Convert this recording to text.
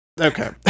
Okay